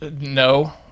no